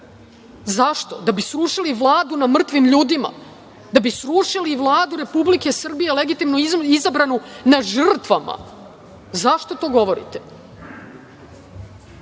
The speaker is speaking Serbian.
Zašto? Da bi srušili Vladu na mrtvim ljudima? Da bi srušili Vladu Republike Srbije legitimno izabranu na žrtvama? Zašto to govorite? Evo,